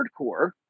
hardcore